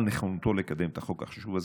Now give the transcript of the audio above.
על נכונותו לקדם את החוק החשוב הזה,